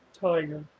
tiger